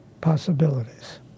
possibilities